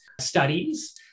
studies